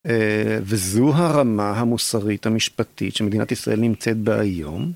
וזו הרמה המוסרית המשפטית שמדינת ישראל נמצאת בה היום.